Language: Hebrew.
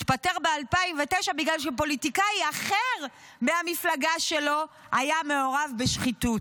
התפטר ב-2009 בגלל שפוליטיקאי אחר מהמפלגה שלו היה מעורב בשחיתות,